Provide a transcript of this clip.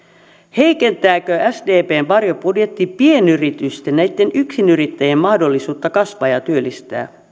heikentääkö sdpn varjobudjetti pienyritysten näitten yksinyrittäjien mahdollisuutta kasvaa ja työllistää